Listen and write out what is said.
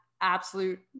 absolute